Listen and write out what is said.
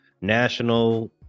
national